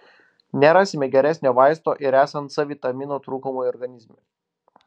nerasime geresnio vaisto ir esant c vitamino trūkumui organizme